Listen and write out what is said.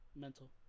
Mental